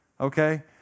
okay